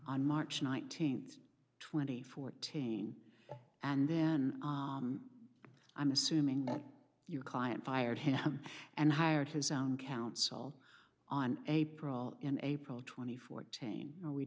on march nineteenth twenty fourteen and then i'm assuming that your client fired him and hired his own counsel on april in april twenty four